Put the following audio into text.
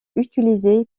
utilisé